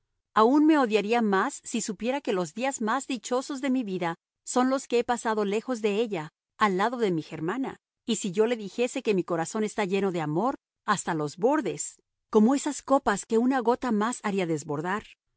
aun me odiaría más si supiera que los días más dichosos de mi vida son los que he pasado lejos de ella al lado de mi germana y si yo le dijese que mi corazón está lleno de amor hasta los bordes como esas copas que una gota más haría desbordar